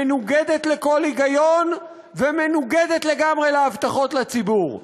מנוגדת לכל היגיון ומנוגדת לגמרי להבטחות לציבור.